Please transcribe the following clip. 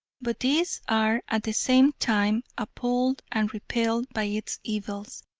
but these are at the same time appalled and repelled by its evils,